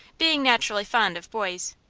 being naturally fond of boys,